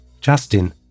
Justin